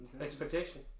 Expectation